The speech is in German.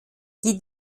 die